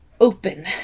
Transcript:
open